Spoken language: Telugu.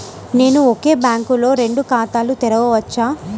నేను ఒకే బ్యాంకులో రెండు ఖాతాలు తెరవవచ్చా?